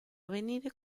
avvenire